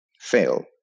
fail